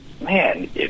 man